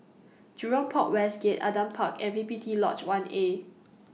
Jurong Port West Gate Adam Park and P P T Lodge one A